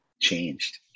changed